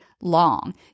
long